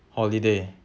holiday